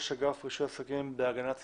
ראש אגף רישוי עסקים, המשרד להגנת הסביבה.